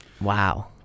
wow